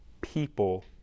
people